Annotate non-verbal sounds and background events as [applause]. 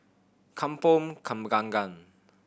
Kampong [unintelligible]